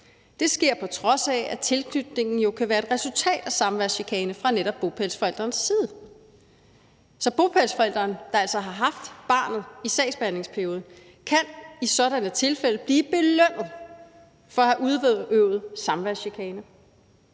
Det sker, på trods af at tilknytningen jo kan være et resultat af samværschikane fra netop bopælsforælderens side. Så bopælsforælderen, der altså har haft barnet i sagsbehandlingsperioden, kan i sådanne tilfælde blive belønnet for at have udøvet samværschikane.